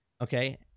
okay